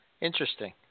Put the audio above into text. Interesting